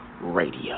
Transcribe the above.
Radio